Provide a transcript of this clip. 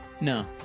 No